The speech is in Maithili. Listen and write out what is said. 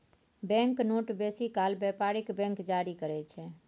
बैंक नोट बेसी काल बेपारिक बैंक जारी करय छै